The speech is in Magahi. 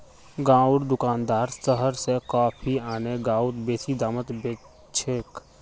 गांउर दुकानदार शहर स कॉफी आने गांउत बेसि दामत बेच छेक